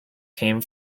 came